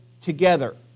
together